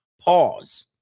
pause